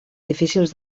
difícils